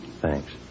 Thanks